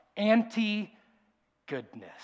Anti-goodness